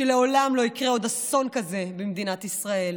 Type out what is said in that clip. שלעולם לא יקרה עוד אסון כזה במדינת ישראל.